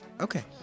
Okay